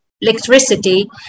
electricity